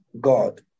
god